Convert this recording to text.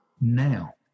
now